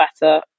better